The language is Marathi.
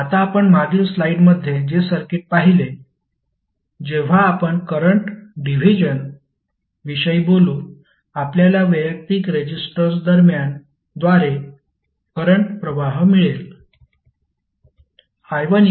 आता आपण मागील स्लाइडमध्ये जे सर्किट पाहिले जेव्हा आपण करंट डिव्हिजन विषयी बोलू आपल्याला वैयक्तिक रेजिस्टर्सद्वारे करंट प्रवाह मिळेल